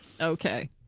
Okay